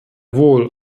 wohl